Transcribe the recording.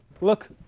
look